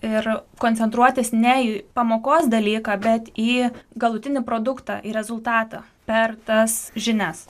ir koncentruotis ne į pamokos dalyką bet į galutinį produktą į rezultatą per tas žinias